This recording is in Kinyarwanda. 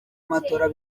matola